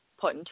put